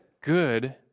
good